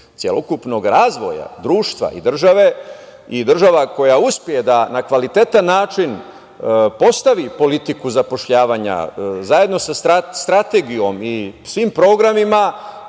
celokupnog razvoja društva i države i država koja uspe da na kvalitetan način postavi politiku zapošljavanja zajedno sa Strategijom i svim programima,